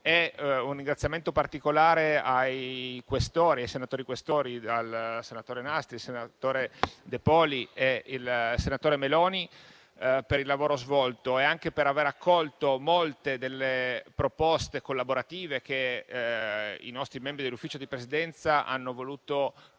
e un ringraziamento particolare va ai senatori Questori, i senatori Nastri, De Poli e Meloni, per il lavoro svolto e anche per aver accolto molte delle proposte collaborative che i nostri membri del Consiglio di Presidenza hanno voluto portare